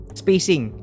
spacing